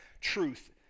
truth